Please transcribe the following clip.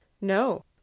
No